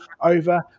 over